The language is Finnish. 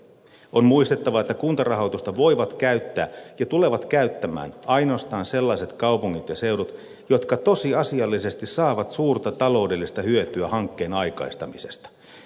on muistettava että kuntarahoitusta voivat käyttää ja tulevat käyttämään ainoastaan sellaiset kaupungit ja seudut jotka tosiasiallisesti saavat suurta taloudellista hyötyä hankkeen aikaistamisesta